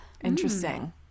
Interesting